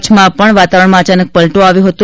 કચ્છમાં પણ વાતાવરણમાં અનાયક પલટો આવ્યો હતો